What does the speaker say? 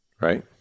right